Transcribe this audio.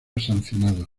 sancionado